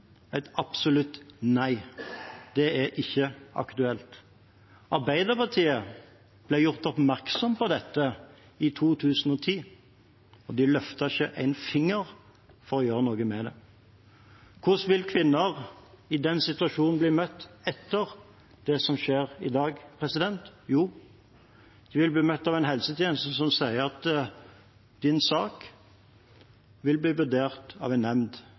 absolutt nei – det var ikke aktuelt. Arbeiderpartiet ble gjort oppmerksom på dette i 2010, og de løftet ikke en finger for å gjøre noe med det. Hvordan vil en kvinne i den situasjonen bli møtt etter det som skjer i dag? Jo, hun vil bli møtt av en helsetjeneste som sier at hennes sak vil bli vurdert av en nemnd.